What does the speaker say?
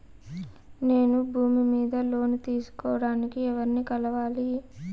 నేను భూమి మీద లోను తీసుకోడానికి ఎవర్ని కలవాలి?